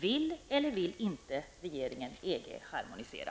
Vill eller vill regeringen inte EG-harmonisera?